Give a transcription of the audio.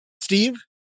Steve